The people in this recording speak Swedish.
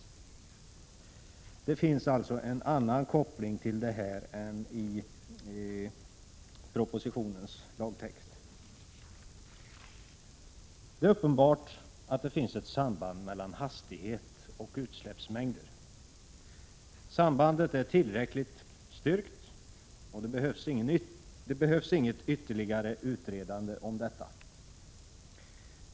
Det finns alltså en annan koppling till det här än i propositionens lagtext. Det är uppenbart att det finns ett samband mellan hastighet och utsläppsmängder. Sambandet är tillräckligt styrkt, och det behövs inget ytterligare utredande om detta.